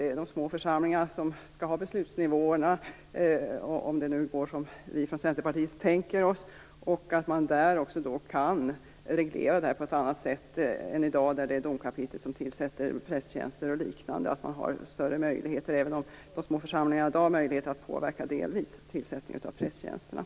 Det är de små församlingarna som skall utgöra beslutsnivåerna, om det nu går som vi i Centerpartiet tänker oss. De skall också kunna reglera detta på ett annat sätt än i dag då det är domkapitlet som tillsätter prästtjänster och liknande, även om de små församlingarna i dag delvis har möjligheter att påverka tillsättningen av prästtjänsterna.